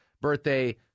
birthday